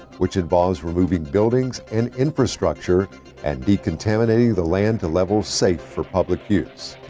which involves removing buildings and infrastructure and decontaminating the land to levels safe for public use.